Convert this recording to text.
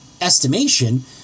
estimation